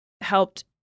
helped